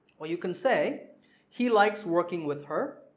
you can say he likes working with her,